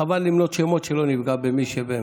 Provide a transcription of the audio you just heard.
חבל למנות שמות, שלא נפגע במישהו.